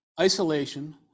isolation